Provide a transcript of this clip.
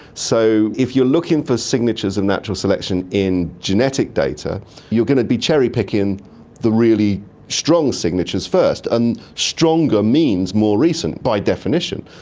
so if you are looking for signatures of natural selection in genetic data you are going to be cherry-picking the really strong signatures first. and stronger means more recent, by definition.